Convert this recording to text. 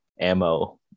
ammo